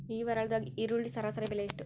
ಈ ವಾರದ ಈರುಳ್ಳಿ ಸರಾಸರಿ ಬೆಲೆ ಎಷ್ಟು?